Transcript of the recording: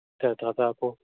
त दादा पोइ